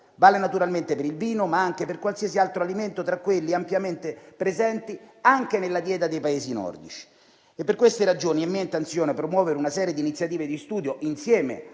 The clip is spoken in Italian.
Vale naturalmente per il vino, ma anche per qualsiasi altro alimento tra quelli ampiamente presenti anche nella dieta dei Paesi nordici. Per queste ragioni è mia intenzione promuovere una serie di iniziative di studio - insieme